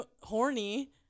horny